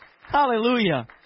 Hallelujah